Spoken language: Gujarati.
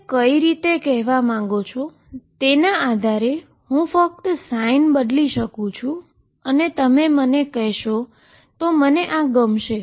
તમે કઈ રીતે કહેવા માગો છો તેના આધારે હું ફક્ત sin બદલી શકું છું અને તમે મને કહેશો તો મને આ ગમશે